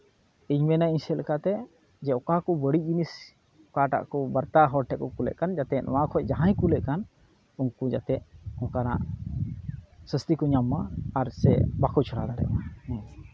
ᱤᱧ ᱢᱮᱱᱟᱹᱧ ᱤᱧ ᱥᱮᱫ ᱞᱮᱠᱟᱛᱮ ᱡᱮ ᱚᱠᱟ ᱠᱚ ᱵᱟᱹᱲᱤᱡ ᱡᱤᱱᱤᱥ ᱚᱠᱟᱴᱟᱜ ᱠᱚ ᱵᱟᱨᱛᱟ ᱦᱚᱲ ᱴᱷᱮᱱ ᱠᱚ ᱠᱩᱞᱮᱫ ᱠᱟᱱ ᱡᱟᱛᱮ ᱱᱚᱣᱟ ᱠᱷᱚᱱ ᱡᱟᱦᱟᱸᱭ ᱠᱩᱞᱮᱜ ᱠᱟᱱ ᱩᱱᱠᱩ ᱡᱟᱛᱮ ᱱᱚᱝᱠᱟᱱᱟᱜ ᱥᱟᱹᱥᱛᱤ ᱠᱚ ᱧᱟᱢ ᱢᱟ ᱟᱨ ᱥᱮ ᱵᱟᱠᱚ ᱪᱷᱟᱲᱟᱣ ᱫᱟᱲᱮᱭᱟᱜ ᱢᱟ